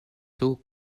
taux